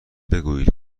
بگویید